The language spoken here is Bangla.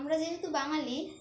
আমরা যেহেতু বাঙালি